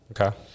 Okay